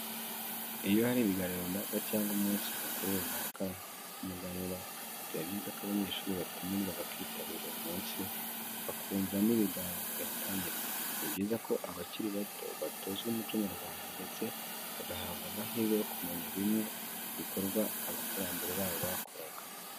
Iyo hari ibiganiro runaka cyangwa umunsi mukuru runaka nk'umuganura biba byiza ko abanyeshuri batumirwa bakitabira uwo munsi bakumva n'ibiganiro bihatangirwa. Ni byiza ko abakiri bato batozwa umuco nyarwanda ndetse bagahabwa amahirwe yo kumenya bimwe mu bikorwa abakurambere babo bakoraga.